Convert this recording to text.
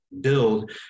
build